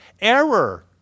error